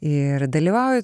ir dalyvauju